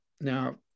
Now